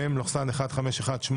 מ/1471.